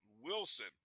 Wilson